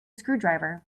screwdriver